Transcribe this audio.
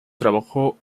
trabajó